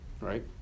right